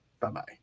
bye-bye